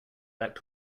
back